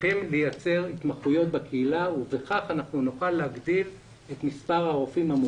וצריכים לייצר התמחויות בקהילה ובכך נוכל להגדיל את מספר הרופאים.